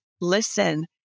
Listen